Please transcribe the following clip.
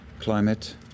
climate